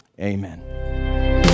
amen